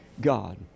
God